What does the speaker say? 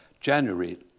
January